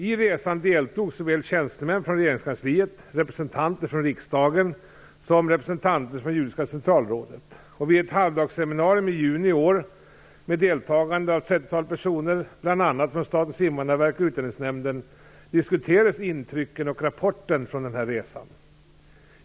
I resan deltog såväl tjänstemän från regeringskansliet, representanter från riksdagen som representanter från Judiska Centralrådet. Vid ett halvdagsseminarium i juni i år med deltagande av ett trettiotal personer, bl.a. från Statens invandrarverk och Utlänningsnämnden, diskuterades intrycken och rapporten från den här resan.